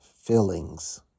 fillings